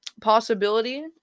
possibility